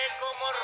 como